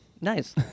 Nice